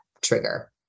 trigger